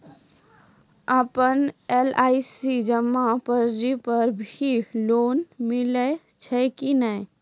आपन एल.आई.सी जमा पर्ची पर भी लोन मिलै छै कि नै?